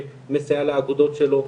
שמסייע לאגודות שלו.